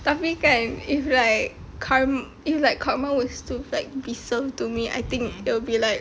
tapi kan if like kar~ if like karma were to like be served to me I think it will be like